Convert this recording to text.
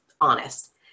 honest